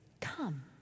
come